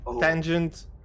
Tangent